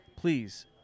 please